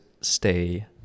stay